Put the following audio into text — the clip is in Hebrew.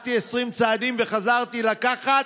הלכתי 20 צעדים וחזרתי לקחת?